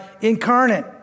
incarnate